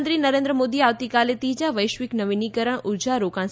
પ્રધાનમંત્રી નરેન્દ્ર મોદી આવતીકાલે ત્રીજા વૈશ્વિક નવીનીકરણ ઉર્જા રોકાણ